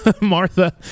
Martha